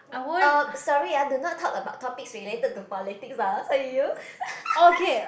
uh sorry ah do not talk about topic related to politics ah